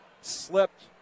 slipped